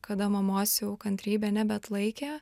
kada mamos kantrybė nebeatlaikė